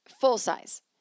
Full-size